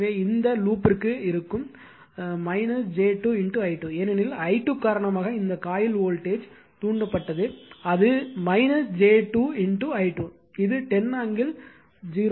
எனவே இது இந்த லூப்ற்கு இருக்கும் j 2 i2 ஏனெனில் i2 காரணமாக இந்த காயில் வோல்டேஜ் தூண்டப்பட்டது அது j 2 i2 இது 10 ஆங்கிள் 0 ஆகும்